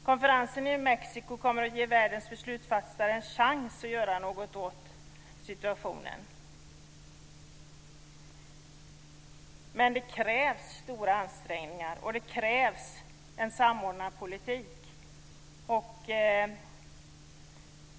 Konferensen i Mexiko ger världens beslutsfattare en chans att göra något åt situationen, men det krävs stora ansträngningar och en samordnad politik.